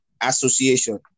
Association